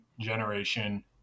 generation